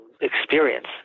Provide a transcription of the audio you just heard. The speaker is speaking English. experience